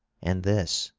and this,